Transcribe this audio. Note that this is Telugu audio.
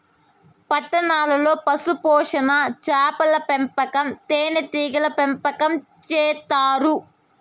పట్టణాల్లో పశుపోషణ, చాపల పెంపకం, తేనీగల పెంపకం చేత్తారు